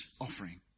offering